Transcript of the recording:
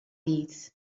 bees